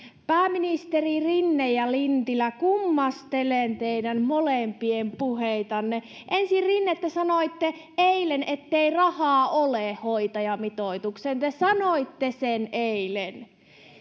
pääministeri rinne ja ministeri lintilä kummastelen teidän molempien puheita ensin rinne te sanoitte eilen ettei rahaa ole hoitajamitoitukseen te sanoitte sen eilen